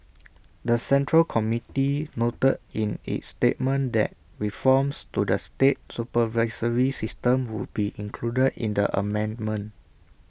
the central committee noted in its statement that reforms to the state supervisory system would be included in the amendment